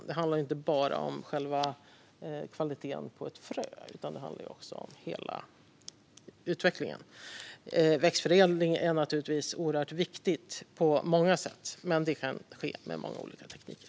Det handlar inte bara om kvaliteten på ett frö, utan det handlar om hela utvecklingen. Växtförädling är naturligtvis oerhört viktigt på många sätt, men det kan ske med många olika tekniker.